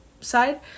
side